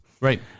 Right